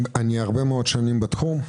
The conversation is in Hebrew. אני הרבה מאוד שנים בתחום,